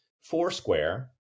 Foursquare